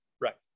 Right